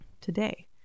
today